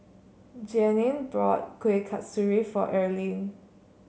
Jeannine bought Kueh Kasturi for Earlean